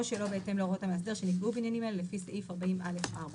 או שלא בהתאם להוראות המאסדר שנקבעו בעניינים אלה לפי סעיף 40(א)(4).